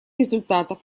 результатов